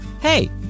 hey